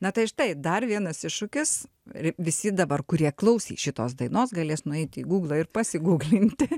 na tai štai dar vienas iššūkis ir visi dabar kurie klausys šitos dainos galės nueiti į guglą ir pasiguglinti